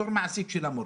בתור מעסיק של המורים,